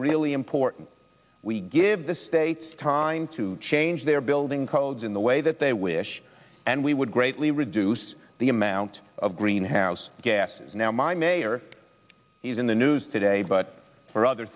really important we give the states time to change their building codes in the way that they wish and we would greatly reduce the amount of greenhouse gases now my mayor is in the news today but for other